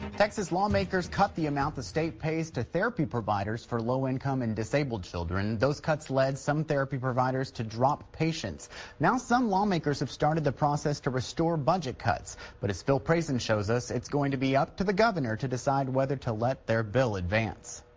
texas lawmakers cut the amount the state pays to therapy providers for low-income and disabled children those cuts led some therapy providers to drop patients now some lawmakers have started the process to restore budget cuts but as phil prazan shows us it's going to be up to the governor to decide whether to let their bill advance